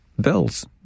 Bills